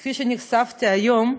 כפי שנחשפתי היום,